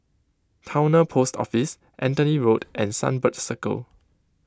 Towner Post Office Anthony Road and Sunbird Circle